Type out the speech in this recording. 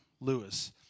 Lewis